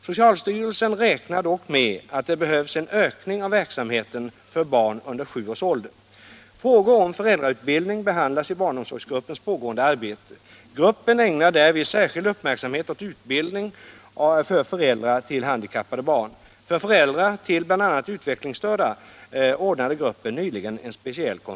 Socialstyrelsen räknar dock med att det behövs en ökning av verksamheten för barn under sju års ålder.